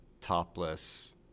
topless